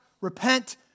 repent